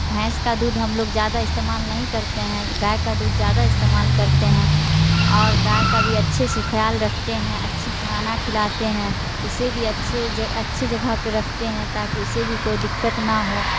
بھینس کا دودھ ہم لوگ زیادہ استعمال نہیں کرتے ہیں گائے کا دودھ زیادہ استعمال کرتے ہیں اور گائے کا بھی اچھے سے خیال رکھتے ہیں اچھی کھانا کھلاتے ہیں اسے بھی اچھے اچھے جگہ پہ رکھتے ہیں تاکہ اسے بھی کوئی دقت نہ ہو